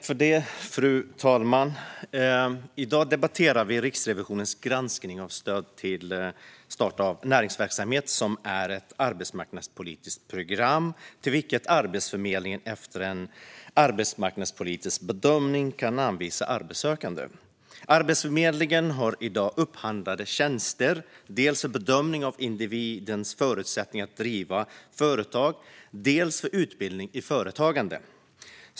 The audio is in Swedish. Fru talman! I dag debatterar vi Riksrevisionens granskning av Stöd till start av näringsverksamhet, som är ett arbetsmarknadspolitiskt program till vilket Arbetsförmedlingen efter en arbetsmarknadspolitisk bedömning kan anvisa arbetssökande. Arbetsförmedlingen har i dag upphandlade tjänster, dels för bedömning av individens förutsättningar att driva företag, dels för utbildning i företagande.